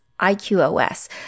IQOS